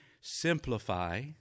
simplify